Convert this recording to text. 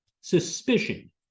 suspicion